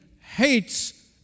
hates